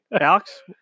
Alex